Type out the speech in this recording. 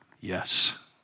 yes